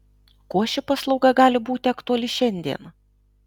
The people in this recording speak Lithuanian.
kuo ši paslauga gali būti aktuali šiandien